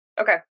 Okay